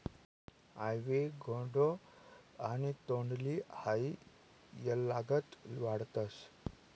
आइवी गौडो आणि तोंडली हाई येलनागत वाढतस